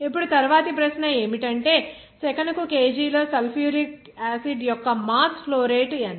ఇప్పుడు తరువాతి ప్రశ్న ఏమిటంటే సెకనుకు kg లో సల్ఫ్యూరిక్ యాసిడ్ యొక్క మాస్ ఫ్లో రేట్ ఎంత